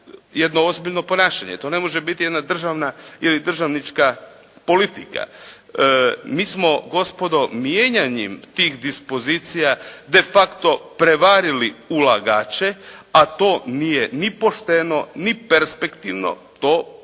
jedno ozbiljno ponašanje, to ne može biti jedna državna ili državnička politika. Mi smo gospodo mijenjanjem tih dispozicija defacto prevarili ulagače a to nije ni pošteno ni perspektivno, to jednom